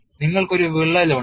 നിങ്ങൾക്ക് ഒരു വിള്ളൽ ഉണ്ട്